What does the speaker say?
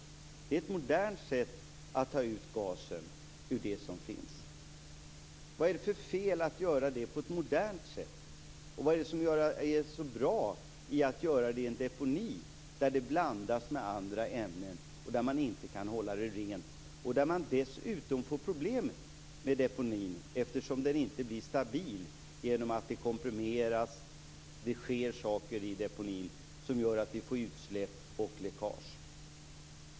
Det är ett modernt sätt att ta ut gasen ur det som finns. Vad är det för fel att göra det på ett modernt sätt? Vad är det som gör det så bra att göra det i en deponi, där det blandas med andra ämnen och där man inte kan hålla det rent? Där får man dessutom problem med deponin eftersom den inte blir stabil genom att det komprimeras. Det sker saker i deponin som gör att man får utsläpp och läckage.